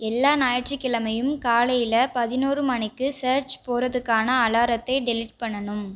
எல்லா ஞாயிற்றுக் கிழமையும் காலையில் பதினோரு மணிக்கு சர்ச் போகிறதுக்கான அலாரத்தை டெலீட் பண்ணணும்